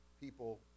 people